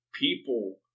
people